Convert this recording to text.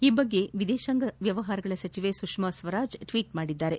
ಈ ಕುರಿತಂತೆ ವಿದೇಶಾಂಗ ವ್ಯವಹಾರಗಳ ಸಚಿವೆ ಸುಷ್ಕಾ ಸ್ವರಾಜ್ ಟ್ವೀಟ್ ಮಾಡಿದ್ದಾರೆ